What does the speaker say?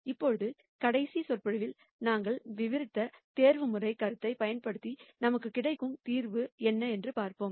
இப்போது கடைசி விரிவுரையில் நாங்கள் விவரித்த தேர்வுமுறை கருத்தைப் பயன்படுத்தி நமக்கு கிடைக்கும் தீர்வு என்ன என்று பார்ப்போம்